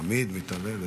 תמיד מתערב.